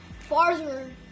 farther